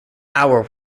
our